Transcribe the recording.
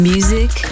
Music